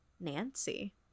Nancy